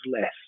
less